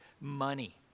money